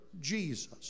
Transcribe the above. Jesus